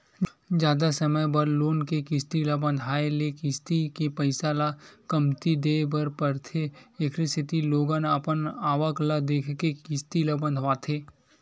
जादा समे बर लोन के किस्ती ल बंधाए ले किस्ती के पइसा ल कमती देय बर परथे एखरे सेती लोगन अपन आवक ल देखके किस्ती ल बंधवाथे